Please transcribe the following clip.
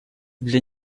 для